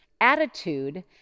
attitude